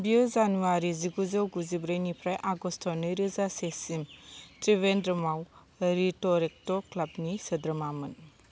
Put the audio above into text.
बियो जानुवारि जिगुजौ गुजिब्रै निफ्राय आगष्ट' नै रोजा सेसिम त्रिवेन्द्रमाव रिटेरैक्ट क्लाबनि सोद्रोमामोन